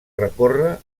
recorre